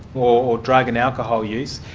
or drug and alcohol use.